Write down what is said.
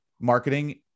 marketing